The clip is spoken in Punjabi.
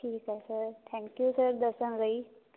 ਠੀਕ ਹੈ ਸਰ ਥੈਂਕ ਯੂ ਸਰ ਦੱਸਣ ਲਈ